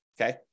okay